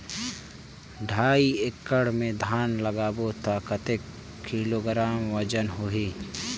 ढाई एकड़ मे धान लगाबो त कतेक किलोग्राम वजन होही?